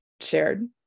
shared